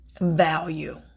value